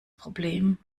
problem